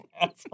asshole